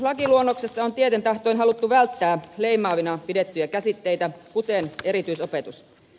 lakiluonnoksessa on tieten tahtoen haluttu välttää leimaavina pidettyjä käsitteitä kuten erityisopetus